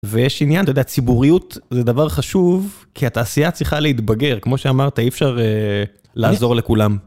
ויש עניין, אתה יודע, ציבוריות זה דבר חשוב, כי התעשייה צריכה להתבגר, כמו שאמרת, אי אפשר לעזור לכולם.